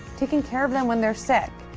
taking care of them when they're sick,